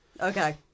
Okay